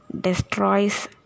destroys